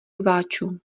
rváčů